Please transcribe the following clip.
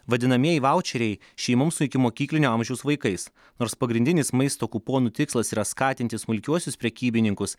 vadinamieji vaučeriai šeimoms su ikimokyklinio amžiaus vaikais nors pagrindinis maisto kuponų tikslas yra skatinti smulkiuosius prekybininkus